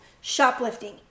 shoplifting